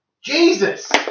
Jesus